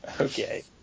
Okay